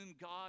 God